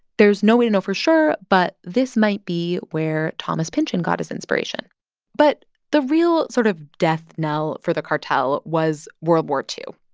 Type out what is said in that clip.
there's no way to know for sure, but this might be where thomas pynchon got his inspiration but the real sort of death knell for the cartel was world war ii.